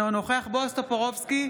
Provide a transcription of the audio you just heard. אינו נוכח בועז טופורובסקי,